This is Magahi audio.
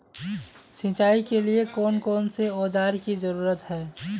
सिंचाई के लिए कौन कौन से औजार की जरूरत है?